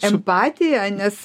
empatiją nes